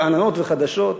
רעננות וחדשות,